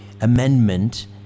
amendment